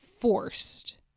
forced